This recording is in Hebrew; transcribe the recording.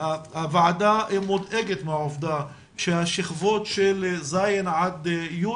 הוועדה מודאגת מהעובדה ששכבות ז'-י'